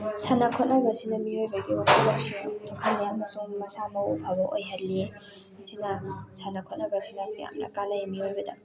ꯁꯥꯟꯅ ꯈꯣꯠꯅꯕ ꯑꯁꯤꯅ ꯃꯤꯑꯣꯏꯕꯒꯤ ꯋꯥꯈꯜ ꯂꯧꯁꯤꯡ ꯊꯣꯛꯍꯜꯂꯤ ꯑꯃꯁꯨꯡ ꯃꯁꯥ ꯃꯎ ꯐꯕ ꯑꯣꯏꯍꯜꯂꯤ ꯃꯁꯤꯅ ꯁꯥꯟꯅ ꯈꯣꯠꯅꯕꯁꯤꯅ ꯌꯥꯝꯅ ꯀꯥꯟꯅꯩ ꯃꯤꯑꯣꯏꯕꯗ